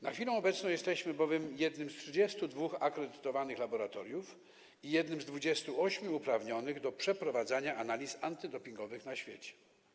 Na chwilę obecną jesteśmy bowiem jednym z 32 akredytowanych laboratoriów i jednym z 28 uprawnionych do przeprowadzania analiz antydopingowych na świecie.